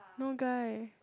no guy